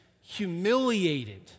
humiliated